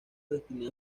destinado